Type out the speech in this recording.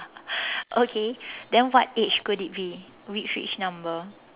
okay then what age could it be which which number